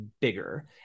bigger